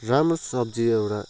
राम्रो सब्जी हो एउटा